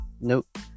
Nope